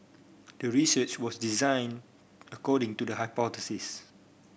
the research was designed according to the hypothesis